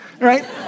right